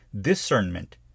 discernment